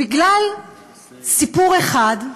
בגלל סיפור אחד,